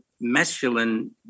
masculine